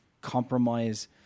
compromise